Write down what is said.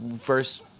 first